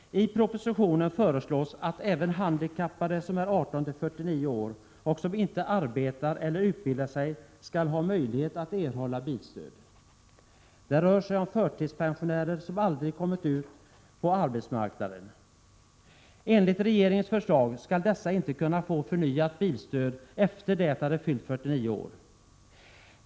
I propositionen föreslås att även handikappade som är 18-49 år och som inte arbetar eller utbildar sig skall ha möjlighet att erhålla bilstöd. Det rör sig om förtidspensionärer som aldrig kommit ut på arbetsmarknaden. Enligt regeringens förslag skall dessa inte kunna få förnyat bilstöd efter det att de fyllt 49 år.